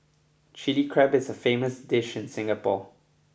Chilli Crab is a famous dish in Singapore